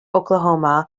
oklahoma